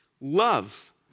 love